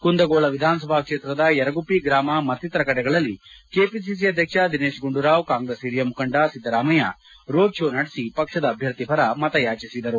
ಕುಂದಗೋಳ ವಿಧಾನಸಭಾ ಕ್ಷೇತ್ರದ ಯರಗುಪ್ಪಿ ಗ್ರಾಮ ಮತ್ತಿತರ ಕಡೆಗಳಲ್ಲಿ ಕೆಪಿಸಿಸಿ ಅಧ್ಯಕ್ಷ ದಿನೇತ್ ಗುಂಡೂರಾವ್ ಕಾಂಗ್ರೆಸ್ನ ಹಿರಿಯ ಮುಖಂಡ ಸಿದ್ದರಾಮಯ್ಯ ರೋಡ್ ಕೋ ನಡೆಸಿ ಪಕ್ಷದ ಅಭ್ಯರ್ಥಿ ಪರ ಮತಯಾಚನೆ ಮಾಡಿದರು